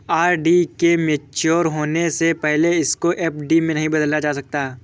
RD के mature होने से पहले इसको एफ.डी में नहीं बदला जा सकता